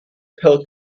pill